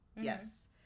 Yes